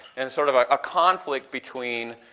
and sort of a conflict between